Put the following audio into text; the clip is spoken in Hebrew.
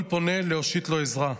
כל פונה, להושיט לו עזרה.